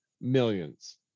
millions